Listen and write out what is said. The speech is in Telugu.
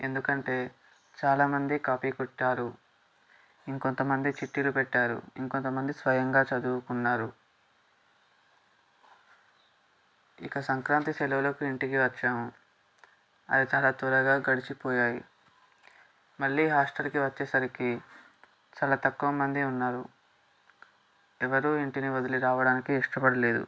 ఎందుకంటే చాలా మంది కాపీ కొట్టారు ఇంకొంత మంది చిట్టీలు పెట్టారు ఇంకొంత మంది స్వయంగా చదువుకున్నారు ఇక సంక్రాంతి సెలవులకు ఇంటికి వచ్చాము అవి త్వర త్వరగా గడిచిపోయాయి మళ్ళీ హాస్టల్కి వచ్చేసరికి చాలా తక్కువ మంది ఉన్నారు ఎవరు ఇంటిని వదిలి రావడానికి ఇష్టపడలేదు